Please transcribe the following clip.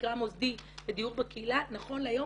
מוסדי, לדיור בקהילה, נכון להיום